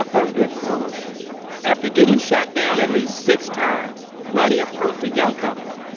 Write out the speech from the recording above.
i'm getting nervous after getting shot down at least six times, ronnie approached a young couple.